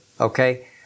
Okay